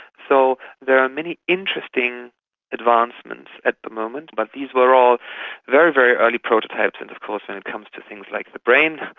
so there are many interesting advancements at the moment, but these were all very, very early prototypes and of course when it comes to things like the brain